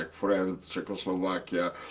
france, czechoslovakia,